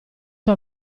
suo